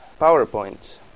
PowerPoint